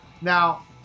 now